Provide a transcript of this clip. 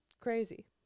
Crazy